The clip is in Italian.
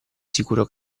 sicuro